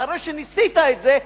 אחרי שניסית את זה,